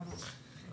ברור.